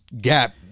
gap